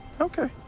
Okay